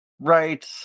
Right